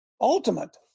ultimate